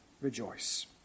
rejoice